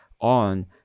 on